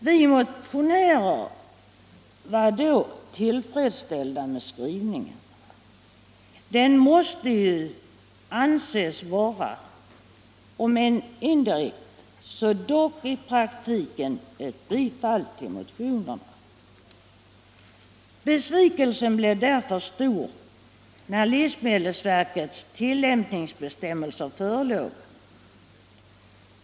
Vi motionärer var då tillfredsställda med skrivningen. Den måste ju anses vara — om än i indirekt form — ett bifall till motionerna. Besvikelsen blev därför stor när livsmedelsverkets tillämpningsbestämmelser förelåg.